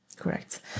Correct